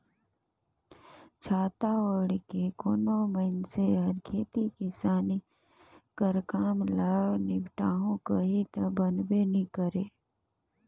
छाता ओएढ़ के कोनो मइनसे हर खेती किसानी कर काम ल निपटाहू कही ता बनबे नी करे